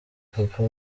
papa